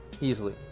easily